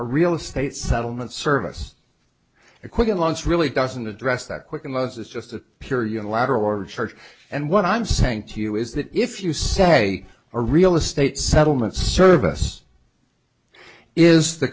or real estate settlement service equivalence really doesn't address that quick unless it's just a pure unilateral or charge and what i'm saying to you is that if you say a real estate settlement service is the